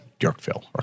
Yorkville